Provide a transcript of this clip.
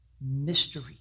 mystery